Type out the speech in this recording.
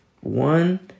One